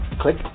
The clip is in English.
Click